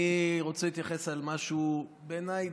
תודה.